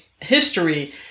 history